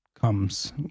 comes